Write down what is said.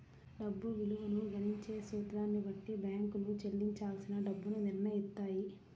డబ్బు విలువను గణించే సూత్రాన్ని బట్టి బ్యేంకులు చెల్లించాల్సిన డబ్బుని నిర్నయిత్తాయి